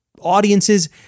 audiences